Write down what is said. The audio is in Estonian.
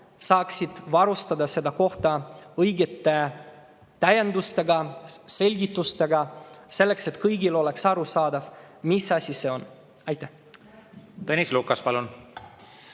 saaksid varustada selle koha õigete täiendustega, selgitustega, selleks et kõigile oleks arusaadav, mis asi see on. Tõnis Lukas, palun!